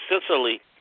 Sicily